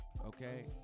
Okay